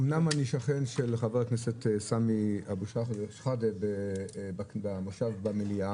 אמנם אני שכן של חבר הכנסת סמי אבו שחאדה במושב במליאה,